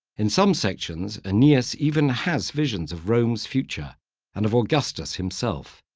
in some sections, aeneas even has visions of rome's future and of augustus himself.